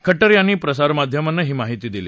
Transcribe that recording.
खट्टर यांनी प्रसारमाध्यमांना ही माहिती दिली